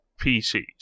PCs